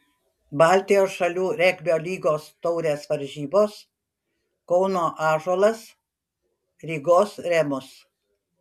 baltijos šalių regbio lygos taurės varžybos kauno ąžuolas rygos remus